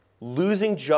Losing